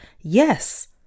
Yes